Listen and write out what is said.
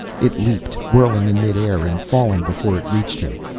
it leaped. whirling in midair and falling before it reached him.